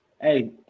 hey